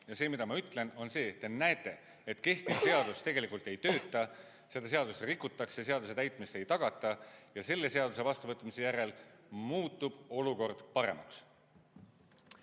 Ja see, mida ma ütlen, on see, et te näete, et kehtiv seadus tegelikult ei tööta, seda seadust rikutakse, seaduse täitmist ei tagata. Ja selle [uue] seaduse vastuvõtmise järel muutub olukord paremaks.